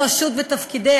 רציתי לתת לכם קצת קרדיטים.